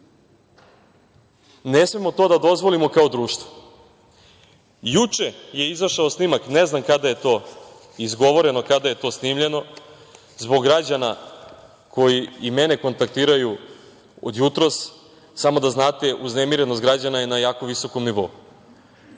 Ne smemo to da dozvolimo kao društvo. Juče je izašao snimak, ne znam kada je to izgovoreno, kada je to snimljeno, zbog građana koji i mene kontaktiraju od jutros. Samo da znate, uznemirenost građana je na jako visokom nivou.